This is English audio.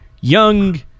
young